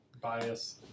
Bias